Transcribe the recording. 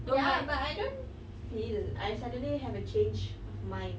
ya but I don't feel I suddenly have a change of mind